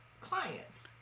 clients